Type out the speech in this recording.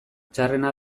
txarrena